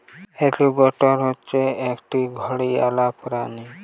alligator হচ্ছে একটা ঘড়িয়াল প্রাণী